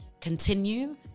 continue